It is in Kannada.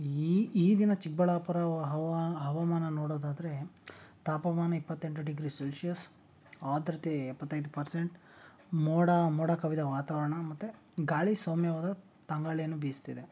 ಈ ಈದಿನ ಚಿಕ್ಕಬಳ್ಳಾಪುರ ಅವ ಹವಾ ಹವಾಮಾನ ನೋಡೋದಾದರೆ ತಾಪಮಾನ ಇಪ್ಪತ್ತೆಂಟು ಡಿಗ್ರಿ ಸೆಲ್ಶಿಯಸ್ ಆದ್ರತೆ ಎಪ್ಪತ್ತೈದು ಪರ್ಸೆಂಟ್ ಮೋಡ ಮೋಡ ಕವಿದ ವಾತಾವರಣ ಮತ್ತು ಗಾಳಿ ಸೌಮ್ಯವಾದ ತಂಗಾಳಿಯನ್ನು ಬೀಸ್ತಿದೆ